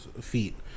feet